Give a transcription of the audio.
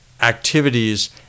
activities